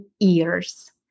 ears